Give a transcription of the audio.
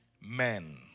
men